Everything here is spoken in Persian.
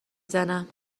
زنم